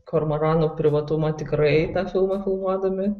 kormoranų privatumą tikrai tą filmą filmuodami